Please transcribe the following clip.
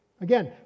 Again